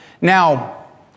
Now